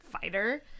fighter